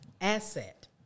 asset